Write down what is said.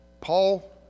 Paul